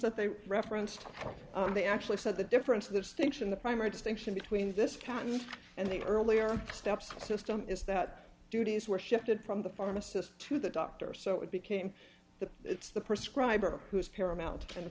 that they referenced they actually said the difference of the distinction the primary distinction between this captain and the earlier steps system is that duties were shifted from the pharmacist to the doctor so it became the it's the prescribe or who is paramount in the